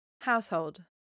Household